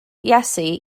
iesu